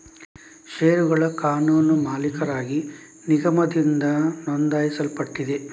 ಷೇರುಗಳ ಕಾನೂನು ಮಾಲೀಕರಾಗಿ ನಿಗಮದಿಂದ ನೋಂದಾಯಿಸಲ್ಪಟ್ಟಿದೆ